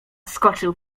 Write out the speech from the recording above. skoczył